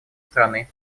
страны